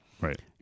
right